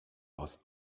aus